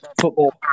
football